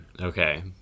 okay